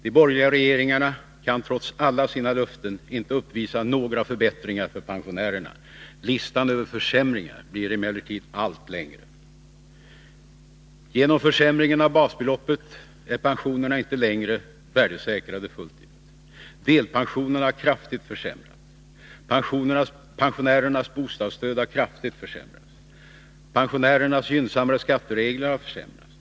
De borgerliga regeringarna kan trots alla sina löften inte uppvisa några förbättringar för pensionärerna. Listan över försämringar blir emellertid allt längre: Genom försämringen av basbeloppet är pensionerna inte längre värdesäkrade fullt ut. Delpensionen har kraftigt försämrats. Pensionärernas bostadsstöd har kraftigt försämrats. Pensionärernas gynnsammare skatteregler har försämrats.